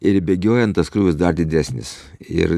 ir bėgiojant tas krūvis dar didesnis ir